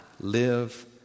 live